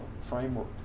framework